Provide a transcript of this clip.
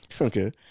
Okay